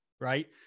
right